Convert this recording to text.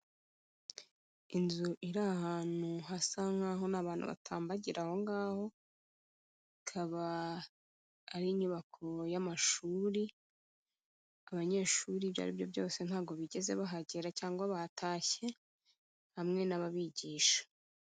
Inzu iri ahantu hasa nk'aho n'abantu batambagira aho ngaho, ikaba ari inyubako y'amashuri, abanyeshuri ibyo ari byo byose ntabwo bigeze bahagera cyangwa batashye, hamwe n'ababigisha.